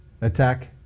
attack